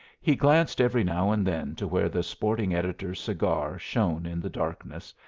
he glanced every now and then to where the sporting editor's cigar shone in the darkness,